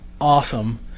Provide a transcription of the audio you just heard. awesome